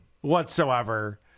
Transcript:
whatsoever